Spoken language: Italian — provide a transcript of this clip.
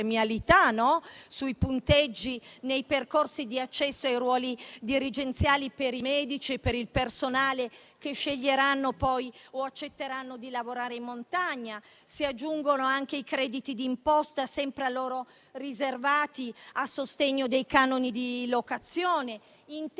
sui punteggi nei percorsi di accesso ai ruoli dirigenziali per i medici e per il personale sanitario che accetteranno di lavorare in montagna; si aggiungono i crediti di imposta, sempre a loro riservati, a sostegno dei canoni di locazione.